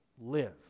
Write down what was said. live